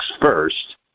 first